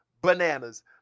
bananas